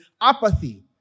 apathy